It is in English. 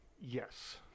Yes